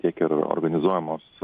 tiek ir organizuojamos